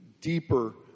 deeper